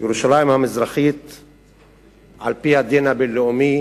ירושלים המזרחית על-פי הדין הבין-לאומי